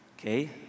Okay